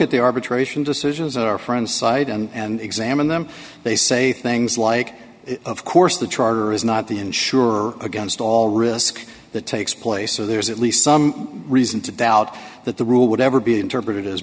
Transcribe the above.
at the arbitration decisions that are for inside and examine them they say things like of course the charter is not the ensure against all risk that takes place so there's at least some reason to doubt that the rule would ever be interpreted as